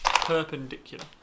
perpendicular